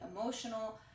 emotional